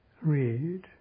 Read